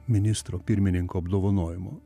ministro pirmininko apdovanojimo